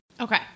Okay